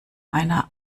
einer